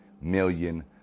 million